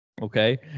Okay